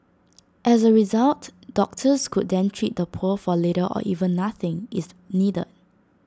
as A result doctors could then treat the poor for little or even nothing if needed